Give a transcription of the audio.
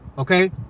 Okay